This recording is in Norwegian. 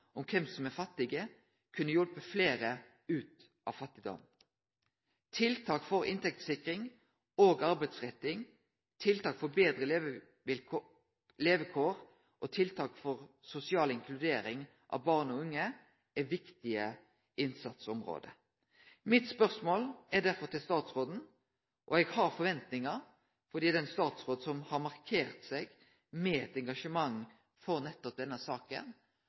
om kven som er fattig, kunne hjelpt fleire ut av fattigdom. Tiltak for inntektssikring og arbeidsretting, tiltak for betre levekår og tiltak for sosial inkludering av barn og unge er viktige innsatsområde. Når det gjeld mitt spørsmål til statsråden, har eg forventingar fordi ho er ein statsråd som har markert seg med eit engasjement for nettopp denne saka.